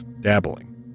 dabbling